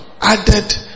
added